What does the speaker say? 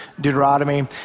Deuteronomy